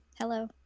hello